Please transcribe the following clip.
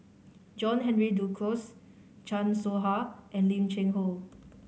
John Henry Duclos Chan Soh Ha and Lim Cheng Hoe